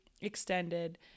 extended